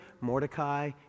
Mordecai